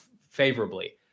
favorably